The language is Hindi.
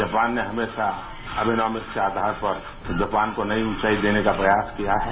जापान ने हमेशा अभिनोमित के आधार पर जापान को नई ऊंचाई देने का प्रयास किया है